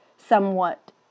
somewhat